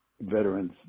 veterans